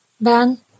Ben